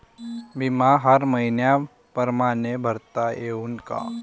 बिमा हर मइन्या परमाने भरता येऊन का?